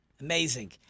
Amazing